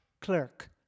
Clerk